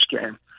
game